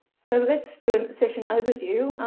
so let's do a session overview.